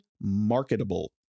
marketable